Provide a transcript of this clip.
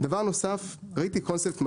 דבר נוסף, ראיתי קונספט מדהים.